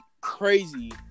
crazy